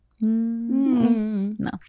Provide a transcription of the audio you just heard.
No